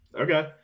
Okay